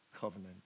covenant